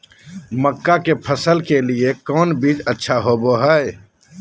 मक्का के फसल के लिए कौन बीज अच्छा होबो हाय?